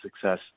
success